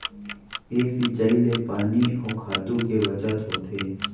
ए सिंचई ले पानी अउ खातू के बचत होथे